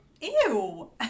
Ew